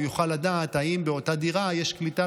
הוא יוכל לדעת אם באותה דירה יש קליטה